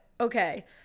Okay